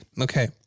Okay